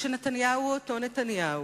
שנתניהו הוא אותו נתניהו,